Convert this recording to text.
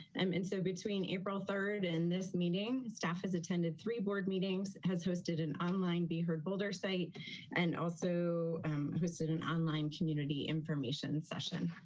um and so between april three and this meeting staff has attended three board meetings has hosted an online be heard builder site and also hosted an online community information session.